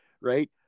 right